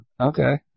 Okay